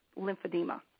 lymphedema